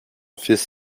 fils